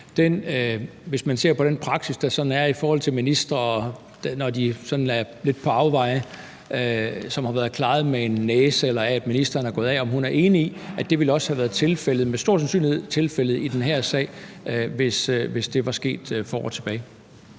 hvis man ser på den praksis, der er i forhold til ministre, når de sådan er lidt på afveje, og hvor det har været klaret med en næse, eller hvor ministeren er gået af, ville det også med stor sandsynlighed have været tilfældet i den her sag, hvis det var sket for år tilbage.